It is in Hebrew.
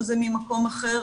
שזה ממקום אחר,